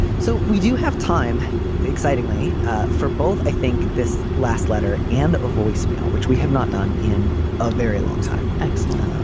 so we do have time excitingly ah for both. i think this last letter and a voicemail which we have not done in a very long time. excellent. um